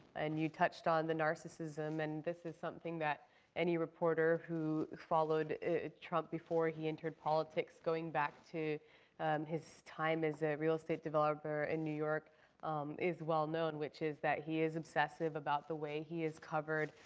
and you touched on the narcissism and this is something that any reporter who followed trump before he entered politics, going back to and his time as a real estate developer in new york is well-known which is that he is obsessive about the way he is covered.